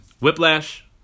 Whiplash